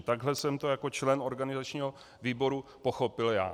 Takhle jsem to jako člen organizačního výboru pochopil já.